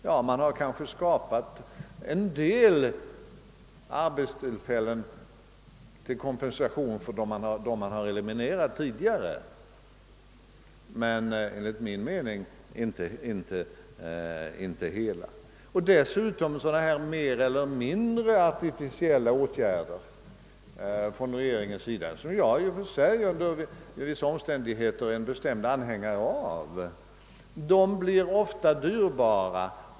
Ja, det har kanske skapats vissa arbetstillfällen som kompensation för dem som tidigare eliminerats — men det rör sig enligt min mening sällan om någon full kompensation. Dessutom gäller det mer eller mindre artificiella åtgärder från regeringens sida, som jag i och för sig under vissa omständigheter är bestämd anhängare av men som ofta blir dyrbara.